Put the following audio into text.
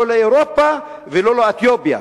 לא לאירופה ולא לאתיופיה,